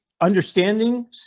understanding